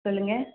சொல்லுங்கள்